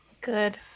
Good